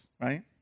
right